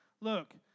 look